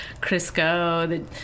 Crisco